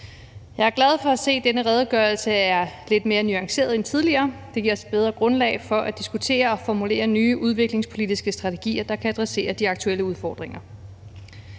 Jeg er glad for at se, at denne redegørelse er lidt mere nuanceret end tidligere. Det giver os et bedre grundlag for at diskutere og formulere nye udviklingspolitiske strategier, der kan adressere de aktuelle udfordringer.